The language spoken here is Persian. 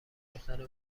دختر